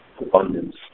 abundance